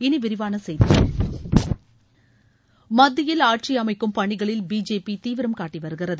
இனி விரிவான செய்திகள் மத்தியில் ஆட்சி அமைக்கும் பணிகளில் பிஜேபி தீவிரம் காட்டி வருகிறது